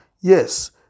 Yes